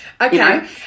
Okay